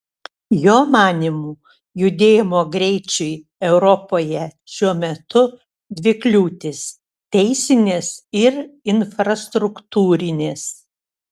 jo manymu judėjimo greičiui europoje šiuo metu dvi kliūtys teisinės ir infrastruktūrinės